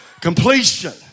completion